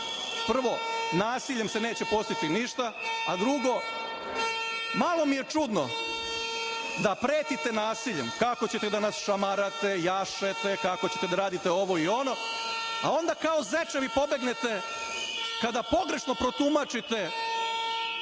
prvo, nasiljem se neće postići ništa, a drugo, malo mi je čudno da pretite nasiljem, kako ćete da nas šamarate, jašete, kako ćete da radite ovo i ono, a onda kao zečevi pobegnete kada pogrešno protumačite i